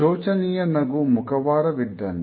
ಶೋಚನೀಯ ನಗು ಮುಖವಾಡ ವಿದ್ದಂತೆ